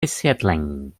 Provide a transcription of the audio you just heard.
vysvětlení